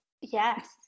yes